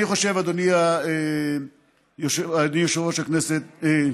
אני חושב, אדוני יושב-ראש הישיבה,